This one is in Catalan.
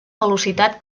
velocitat